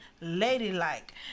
ladylike